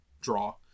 draw